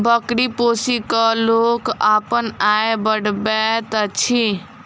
बकरी पोसि क लोक अपन आय बढ़बैत अछि